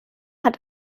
hat